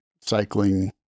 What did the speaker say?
cycling